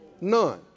None